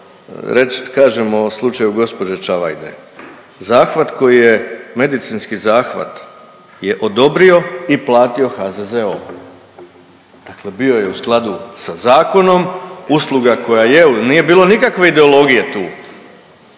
kažemo o slučaju gđe. Čavajde. Zahvat koji je, medicinski zahvat je odobrio i platio HZZO, dakle bio je u skladu sa zakonom, usluga koja je il nije bilo nikakve ideologije tu,